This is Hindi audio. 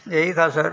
यही था सर